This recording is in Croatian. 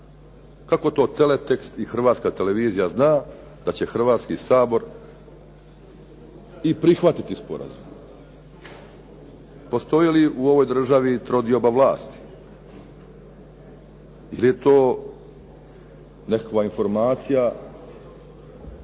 Kako to teletekst i Hrvatska televizija zna da će Hrvatski sabor i prihvatiti sporazum? Postoji li u ovoj državi trodioba vlasti? Ili je to nekakva informacija